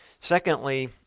Secondly